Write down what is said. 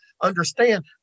understand